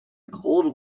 cold